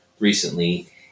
recently